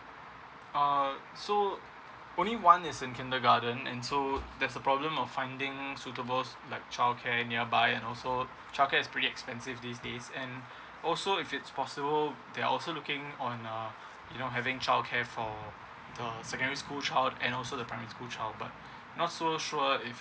uh so only one is in kindergarten and so that's a problem of finding suitable like childcare nearby and also childcare is pretty expensive these days and also if it's possible they're also looking on ah you know having childcare for the secondary school child and also the primary school child but not so sure if